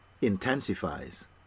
intensifies